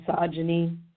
misogyny